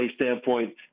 standpoint